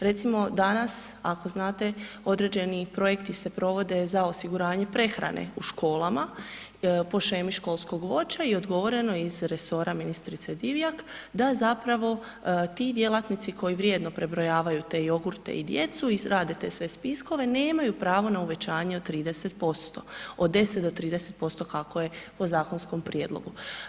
Recimo danas ako znate određeni projekti se provode za osiguranje prehrane u školama po shemi školskog voća i odgovoreno je iz resora ministrice Divjak da zapravo ti djelatnici koji vrijedno prebrojavaju te jogurte i djecu i rade te sve spiskove nemaju pravo na uvećanje od 30%, od 10 do 30% kako je po zakonskom prijedlogu.